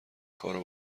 کارو